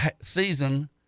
season